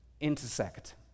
intersect